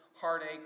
heartache